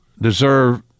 deserve